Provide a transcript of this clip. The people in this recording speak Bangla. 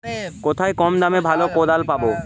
কোথায় কম দামে ভালো কোদাল পাব?